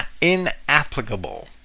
inapplicable